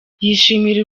yishimira